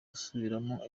gusubiramo